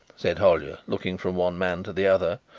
said hollyer, looking from one man to the other.